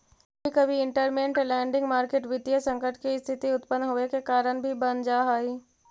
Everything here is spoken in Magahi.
कभी कभी इंटरमेंट लैंडिंग मार्केट वित्तीय संकट के स्थिति उत्पन होवे के कारण भी बन जा हई